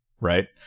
right